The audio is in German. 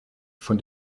von